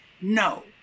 No